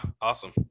Awesome